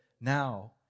now